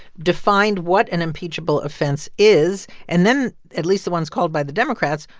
defined what an impeachable offense is. and then, at least the ones called by the democrats,